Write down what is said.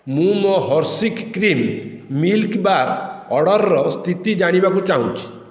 ମୁଁ ମୋ Hershey's cream milk bar ଅର୍ଡ଼ର୍ର ସ୍ଥିତି ଜାଣିବାକୁ ଚାହୁଁଛି